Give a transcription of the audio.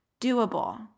doable